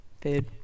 Food